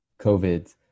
COVID